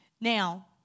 Now